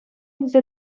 илсе